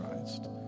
Christ